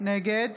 נגד